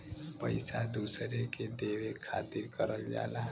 पइसा दूसरे के देवे खातिर करल जाला